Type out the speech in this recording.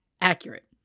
accurate